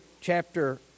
chapter